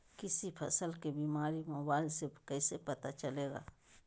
किसी फसल के बीमारी मोबाइल से कैसे पता चलेगा?